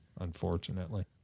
unfortunately